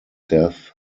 death